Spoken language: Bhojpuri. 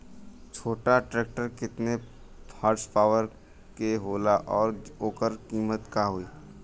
छोटा ट्रेक्टर केतने हॉर्सपावर के होला और ओकर कीमत का होई?